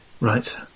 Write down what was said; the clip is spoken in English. Right